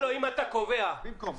אם אתה חושב